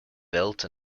built